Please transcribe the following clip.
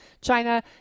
China